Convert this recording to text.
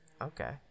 Okay